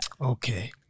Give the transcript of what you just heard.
Okay